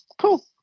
Cool